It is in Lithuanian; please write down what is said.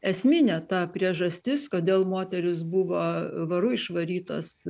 esminė ta priežastis kodėl moterys buvo varu išvarytos